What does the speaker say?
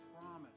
promise